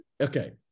Okay